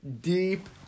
deep